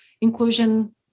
inclusion